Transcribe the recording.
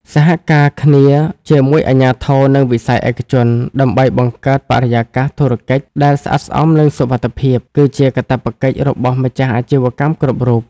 សហការគ្នាជាមួយអាជ្ញាធរ និងវិស័យឯកជន ដើម្បីបង្កើតបរិយាកាសធុរកិច្ចដែល "ស្អាតស្អំ និងសុវត្ថិភាព" គឺជាកាតព្វកិច្ចរបស់ម្ចាស់អាជីវកម្មគ្រប់រូប។